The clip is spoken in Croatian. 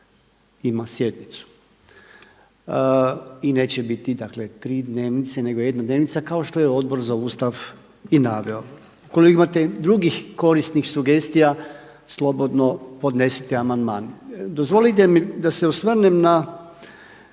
ima sjednicu. I neće biti, dakle tri dnevnice nego jedna dnevnica kao što je Odbor za Ustav i naveo. Ukoliko imate drugih korisnih sugestija slobodno podnesite amandman. Dozvolite mi da se osvrnem na